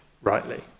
Rightly